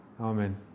Amen